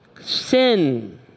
sin